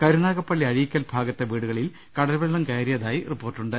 കരുനാഗപ്പള്ളി അഴീക്കൽ ഭാഗത്തെ വീടുകളിൽ കടൽവെള്ളം കയറിയതായി റിപ്പോർട്ടുണ്ട്